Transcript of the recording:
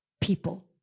people